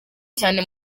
cyane